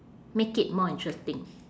make it more interesting